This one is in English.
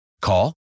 Call